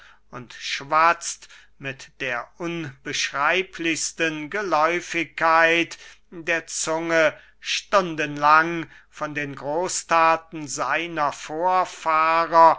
und schwatzt mit der unbeschreiblichsten geläufigkeit der zunge stundenlang von den großthaten seiner vorfahrer